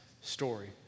story